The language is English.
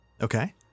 Okay